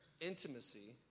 Intimacy